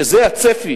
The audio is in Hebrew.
שזה הצפי